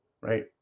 right